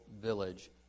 village